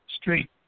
street